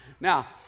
Now